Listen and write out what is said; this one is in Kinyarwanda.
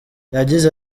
yagize